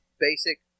basic